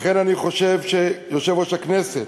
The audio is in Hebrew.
לכן אני חושב שיושב-ראש הכנסת